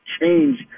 change